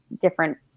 different